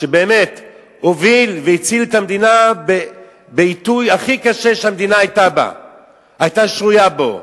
שבאמת הוביל והציל את המדינה בעיתוי הכי קשה שהמדינה היתה שרויה בו,